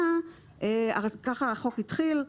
ככה החוק התחיל,